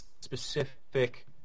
specific